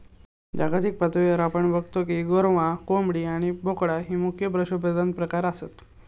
जागतिक पातळीवर आपण बगतो की गोरवां, कोंबडी आणि बोकडा ही मुख्य पशुधन प्रकार आसत